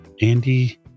Andy